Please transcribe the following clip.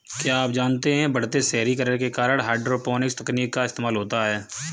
क्या आप जानते है बढ़ते शहरीकरण के कारण हाइड्रोपोनिक्स तकनीक का इस्तेमाल होता है?